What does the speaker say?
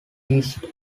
east